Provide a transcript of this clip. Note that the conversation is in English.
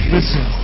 Listen